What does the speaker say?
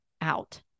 out